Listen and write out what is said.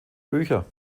bücher